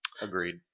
Agreed